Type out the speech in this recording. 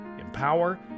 empower